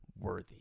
Worthy